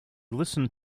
listening